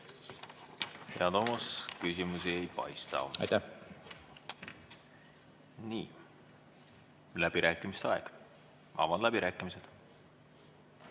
Hea Toomas, küsimusi ei paista. Aitäh! Nii. Läbirääkimiste aeg. Avan läbirääkimised.